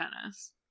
tennis